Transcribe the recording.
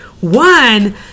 one